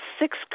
six